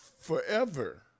forever